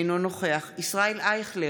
אינו נוכח ישראל אייכלר,